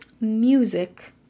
music